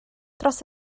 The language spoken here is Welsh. dros